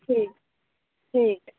ਠੀਕ ਠੀਕ